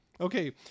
Okay